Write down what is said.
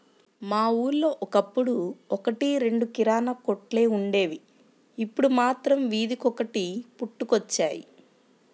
మా ఊళ్ళో ఒకప్పుడు ఒక్కటి రెండు కిరాణా కొట్లే వుండేవి, ఇప్పుడు మాత్రం వీధికొకటి పుట్టుకొచ్చాయి